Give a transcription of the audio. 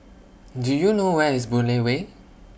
Do YOU know Where IS Boon Lay Way